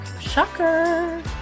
Shocker